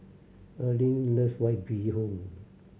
Earline loves White Bee Hoon